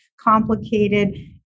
complicated